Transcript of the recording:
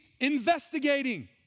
investigating